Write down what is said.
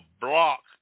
block